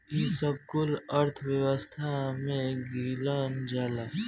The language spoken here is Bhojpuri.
ई सब कुल अर्थव्यवस्था मे गिनल जाला